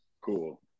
Cool